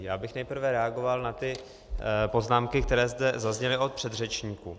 Já bych nejprve reagoval na ty poznámky, které zde zazněly od předřečníků.